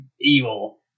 evil